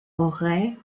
aurait